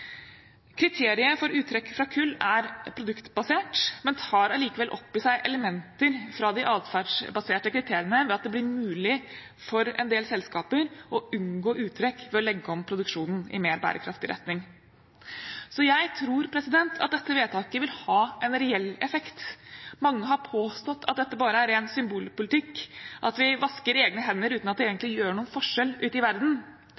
Kriteriet for uttrekk fra kull er produktbasert, men tar allikevel opp i seg elementer fra de adferdsbaserte kriteriene ved at det blir mulig for en del selskaper å unngå uttrekk ved å legge om produksjonen i mer bærekraftig retning. Så jeg tror at dette vedtaket vil ha en reell effekt. Mange har påstått at dette bare er ren symbolpolitikk, at vi vasker egne hender uten at det egentlig gjør noen forskjell ute i verden,